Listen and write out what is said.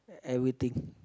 everything